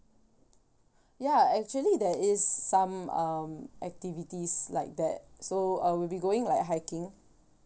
ya actually there is some um activities like that so uh we'll be going like hiking